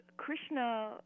Krishna